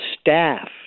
staff